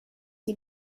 die